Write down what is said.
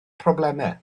problemau